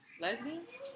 lesbians